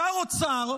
שר אוצר,